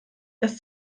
dass